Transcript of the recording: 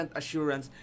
assurance